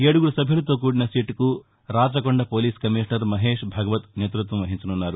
ఏడుగురు సభ్యులతో కూడిన సిట్కు రాచకొండ పోలీస్ కమిషనర్ మహేష్ భగవత్ నేతృత్వం వహించసున్నారు